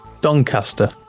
Doncaster